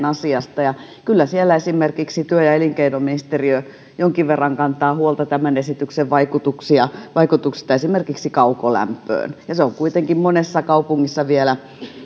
asiasta ja kyllä siellä esimerkiksi työ ja elinkeinoministeriö jonkin verran kantaa huolta tämän esityksen vaikutuksista esimerkiksi kaukolämpöön ja se on kuitenkin monessa kaupungissa vielä